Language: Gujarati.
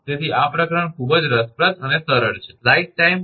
તેથી આ પ્રકરણ ખૂબ જ રસપ્રદ અને સરળ છે